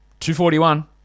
241